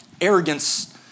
arrogance